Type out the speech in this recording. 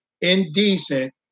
indecent